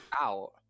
out